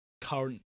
current